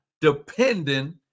depending